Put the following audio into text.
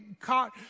caught